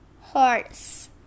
horse